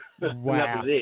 Wow